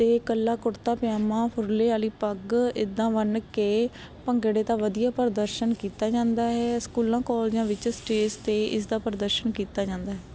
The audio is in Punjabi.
ਅਤੇ ਇਕੱਲਾ ਕੁੜਤਾ ਪਜਾਮਾ ਤੁਰਲੇ ਵਾਲੀ ਪੱਗ ਇੱਦਾਂ ਬੰਨ੍ਹ ਕੇ ਭੰਗੜੇ ਦਾ ਵਧੀਆ ਪ੍ਰਦਰਸ਼ਨ ਕੀਤਾ ਜਾਂਦਾ ਹੈ ਸਕੂਲਾਂ ਕਾਲਜਾਂ ਵਿੱਚ ਸਟੇਜ 'ਤੇ ਇਸ ਦਾ ਪ੍ਰਦਰਸ਼ਨ ਕੀਤਾ ਜਾਂਦਾ ਹੈ